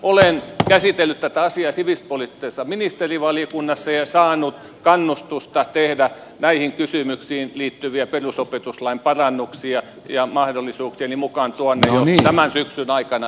olen käsitellyt tätä asiaa sivistyspoliittisessa ministerivaliokunnassa ja saanut kannustusta tehdä näihin kysymyksiin liittyviä perusopetuslain parannuksia ja mahdollisuuksieni mukaan tuon ne jo tämän syksyn aikana eduskuntaan